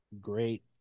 great